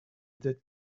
that